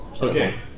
Okay